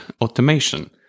Automation